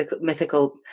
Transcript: mythical